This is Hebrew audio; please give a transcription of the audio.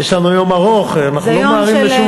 יש לנו יום ארוך, אנחנו לא ממהרים לשום מקום.